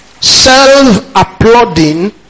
Self-applauding